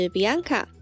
Bianca